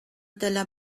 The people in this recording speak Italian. della